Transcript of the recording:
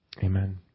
Amen